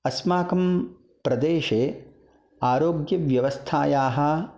अस्माकं प्रदेशे आरोग्यव्यवस्थायाः